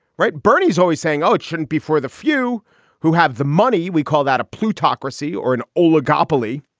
right? bernie is always saying, oh, it shouldn't be for the few who have the money. we call that a plutocracy or an oligopoly.